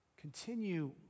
continue